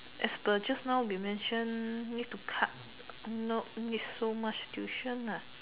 is the just now we mention need to cut no need so much tuition lah